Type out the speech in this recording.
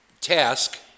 task